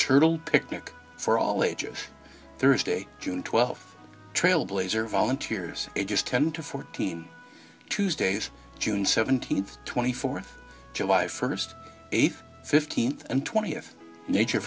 turtle picnic for all ages thursday june twelfth trailblazer volunteers ages ten to fourteen tuesdays june seventeenth twenty fourth july first eight fifteenth and twentieth nature